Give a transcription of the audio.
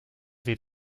sie